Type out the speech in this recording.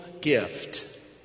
gift